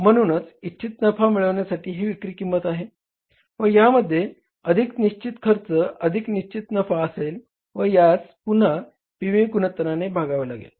म्हणूनच इच्छित नफा मिळवण्यासाठी ही विक्री किंमत आहे व ह्यामध्ये अधिक निश्चित खर्च अधिक इच्छित नफा असेल व यास पुन्हा पी व्ही गुणोत्तराने भागावे लागेल